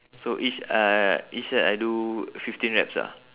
so each uh each set I do fifteen reps ah